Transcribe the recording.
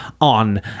on